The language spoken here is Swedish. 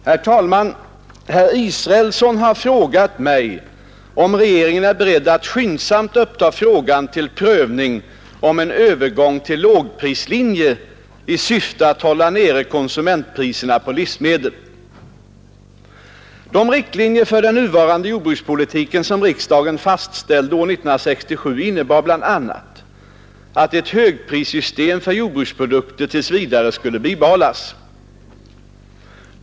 Herr talman! Herr Israelsson har frågat mig om regeringen är beredd att skyndsamt uppta frågan till prövning om en övergång till lågprislinje i syfte att hålla nere konsumentpriserna på livsmedel. De riktlinjer för den nuvarande jordbrukspolitiken som riksdagen fastställde år 1967 innebar bl.a. att ett högprissystem för jordbruksprodukter tills vidare skulle behållas.